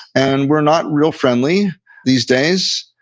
and we're not real friendly these days.